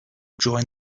joined